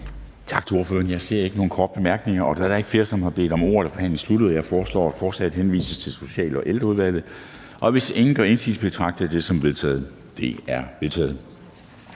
Tak til ministeren. Der er ikke flere korte bemærkninger til ministeren. Da der ikke er flere, som har bedt om ordet, er forhandlingen sluttet. Jeg foreslår, at lovforslaget henvises til Social- og Ældreudvalget. Hvis ingen gør indsigelse, betragter jeg det som vedtaget. Det er vedtaget.